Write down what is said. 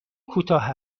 کوتاه